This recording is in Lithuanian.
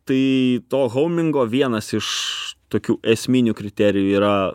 tai to houmingo vienas iš tokių esminių kriterijų yra